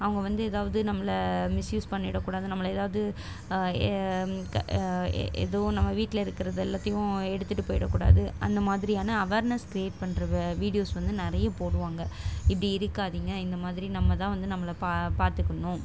அவங்க வந்து ஏதாவது நம்மளை மிஸ்யூஸ் பண்ணிவிடக்கூடாது நம்மளை ஏதாவது ஏ எதுவும் நம்ம வீட்டில் இருக்கிறதெல்லாத்தையும் எடுத்துகிட்டு போயிடக்கூடாது அந்த மாதிரியான அவேர்னஸ் க்ரியேட் பண்ணுற வ வீடியோஸ் வந்து நிறைய போடுவாங்க இப்படி இருக்காதீங்க இந்த மாதிரி நம்ம தான் வந்து நம்மளை பா பார்த்துக்கணும்